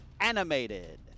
animated